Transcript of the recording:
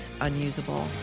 unusable